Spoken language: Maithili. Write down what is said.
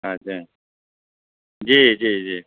अच्छा जी जी जी